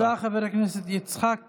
תודה, חבר הכנסת יצחק פינדרוס.